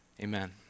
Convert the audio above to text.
Amen